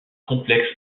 complexe